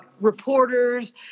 reporters